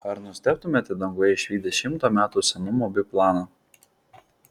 ar nustebtumėte danguje išvydę šimto metų senumo biplaną